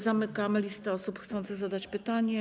Zamykam listę osób chcących zadać pytanie.